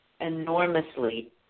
enormously